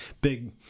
big